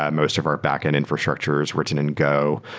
ah most of our backend infrastructure is written in go.